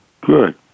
Good